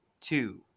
two